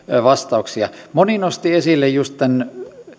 vastauksia moni nosti esille juuri tämän